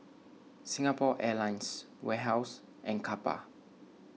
Singapore Airlines Warehouse and Kappa